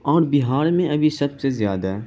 اور بہار میں سب سے زیادہ